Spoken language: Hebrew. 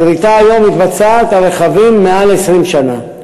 הגריטה היום מתבצעת על רכבים מעל 20 שנה.